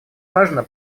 важно